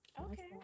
Okay